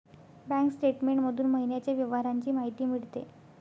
bank statement मधून महिन्याच्या व्यवहारांची माहिती मिळते